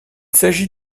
s’agit